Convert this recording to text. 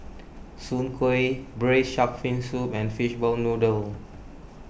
Soon Kway Braised Shark Fin Soup and Fishball Noodle